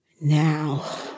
Now